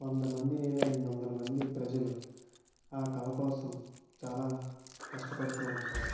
వంద మంది లేదా రెండు వందల మంది ప్రజలు ఆ కల కోసం చాలా కష్టపడుతూ ఉంటారు